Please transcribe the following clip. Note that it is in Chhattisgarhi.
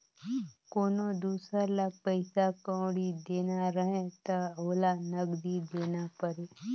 कोनो दुसर ल पइसा कउड़ी देना रहें त ओला नगदी देना परे